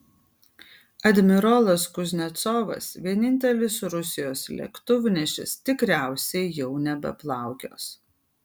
admirolas kuznecovas vienintelis rusijos lėktuvnešis tikriausiai jau nebeplaukios